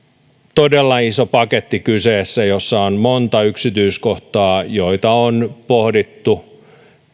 todella iso paketti kyseessä jossa on monta yksityiskohtaa joita on pohdittu